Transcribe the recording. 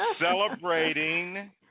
Celebrating